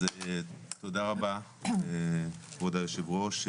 תודה רבה, כבוד היושבת-ראש.